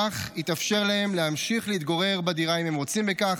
כך יתאפשר להם להמשיך להתגורר בדירה אם הם רוצים בכך,